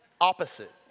Opposite